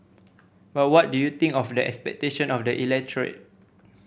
but what do you think of the expectation of the electorate